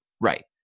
Right